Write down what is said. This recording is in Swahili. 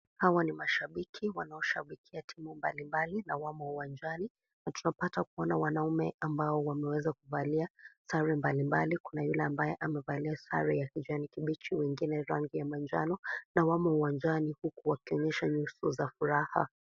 Hawa ni mashabiki wanaoshabikia timu mbali mbali na wamo uwanjani tunapata kuona wanaume ambao wameweza kuvalia sare mbali mbali kuna yule ambaye amevalia sare ya kijani kibichi wengine rangi ya manjano, na wamo uwanjani huku wakionyesha nyuso za furaha.